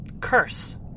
curse